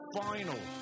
final